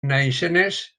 naizenez